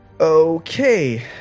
Okay